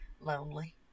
lonely